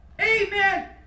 amen